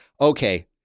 Okay